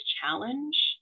challenge